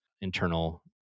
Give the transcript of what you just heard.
internal